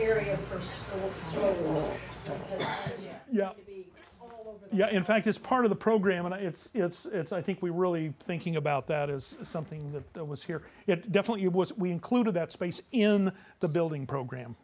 yeah yeah in fact it's part of the program and it's it's i think we really thinking about that as something that was here it definitely was we included that space in the building program